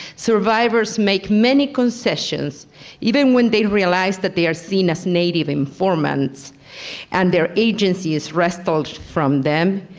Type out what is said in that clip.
survivors make many concessions even when they realize that they are seen as native informants and their agency is wrestled from them,